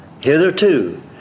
Hitherto